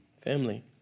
family